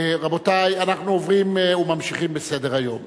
רבותי, אנחנו עוברים וממשיכים בסדר-היום.